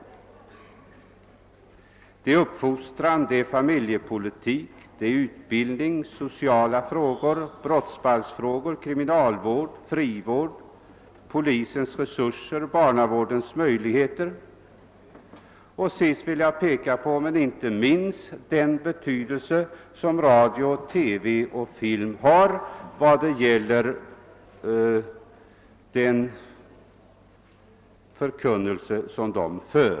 Det gäller uppfostran, familjepolitik, sociala frågor, brottsbalksfrågor, kriminalvård, = frivård, polisens resurser, barnavårdens möjligheter och sist men inte minst den förkunnelse som förs fram i press, radio och TV.